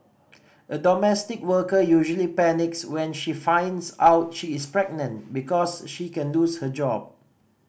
a domestic worker usually panics when she finds out she is pregnant because she can lose her job